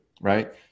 right